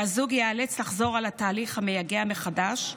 והזוג ייאלץ לחזור על התהליך המייגע מחדש.